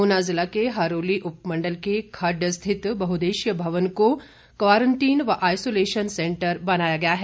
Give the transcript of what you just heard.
ऊना जिला के हरोली उपमंडल के खड्ड स्थित बहुद्देशीय भवन को क्वारंटीन व आइसोलेशन सेंटर बनाया गया है